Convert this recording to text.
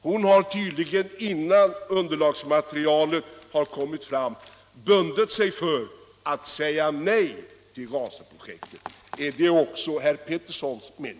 Hon har tydligen innan underlagsmaterialet kommit fram bundit sig för att säga nej till Ranstadsprojektet. Är det fallet också med herr Petersson?